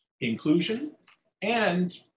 inclusion—and